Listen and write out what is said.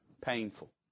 painful